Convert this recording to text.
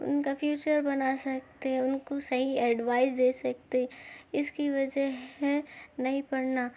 ان کا فیوچر بنا سکتے ان کو صحیح اڈوائس دے سکتے اس کی وجہ ہے نہیں پڑھنا